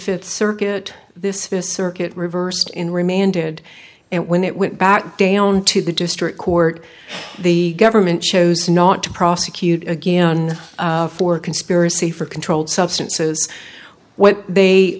fifth circuit this fifth circuit reversed in remanded and when it went back down to the district court the government chose not to prosecute again for conspiracy for controlled substances what they